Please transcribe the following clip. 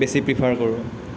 বেছি প্ৰিফাৰ কৰোঁ